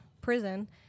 prison